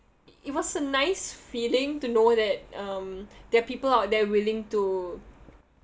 it was a nice feeling to know that um there are people out there willing to